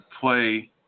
play